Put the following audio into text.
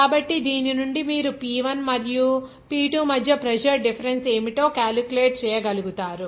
కాబట్టి దీని నుండి మీరు P 1 మరియు P 2 మధ్య ప్రెజర్ డిఫరెన్స్ ఏమిటో క్యాలిక్యులేట్ చేయగలుగుతారు